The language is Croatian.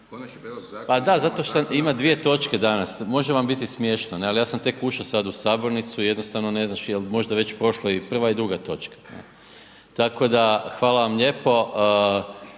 hvala vam lijepo.